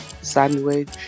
sandwich